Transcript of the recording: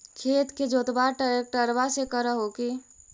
खेत के जोतबा ट्रकटर्बे से कर हू की?